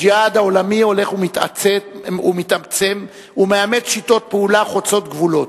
הג'יהאד העולמי הולך ומתעצם ומאמץ שיטות פעולה חוצות גבולות.